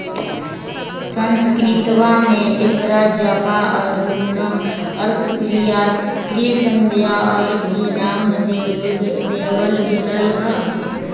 संस्कृतवा में एकरा जपा, अरुण, अर्कप्रिया, त्रिसंध्या और भी नाम देवल गैले है